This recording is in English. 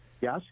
yes